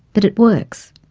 but it works.